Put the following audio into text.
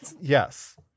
Yes